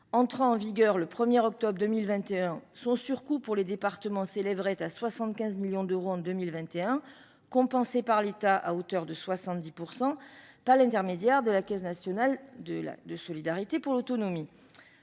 entrée en vigueur le 1 octobre dernier, s'élèverait à 75 millions d'euros en 2021, compensé par l'État à hauteur de 70 %, par l'intermédiaire de la Caisse nationale de solidarité pour l'autonomie.